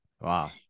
wow